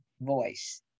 voice